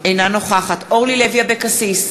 אינה נוכחת אורלי לוי אבקסיס,